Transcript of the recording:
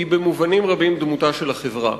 היא במובנים רבים דמותה של החברה.